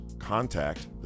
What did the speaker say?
Contact